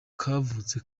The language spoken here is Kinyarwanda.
kavutse